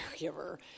caregiver